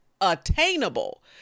attainable